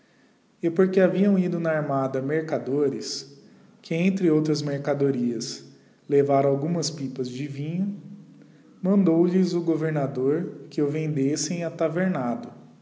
google que haviam ido na armada mercadores que entre outras mercadorias levaram algumas pipas de vinho mandou lhes o governador que o vendessem atavernado